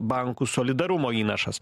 bankų solidarumo įnašas